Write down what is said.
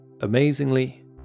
Amazingly